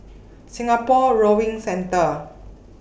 Singapore Rowing Centre